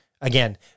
Again